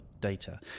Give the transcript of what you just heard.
data